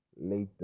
later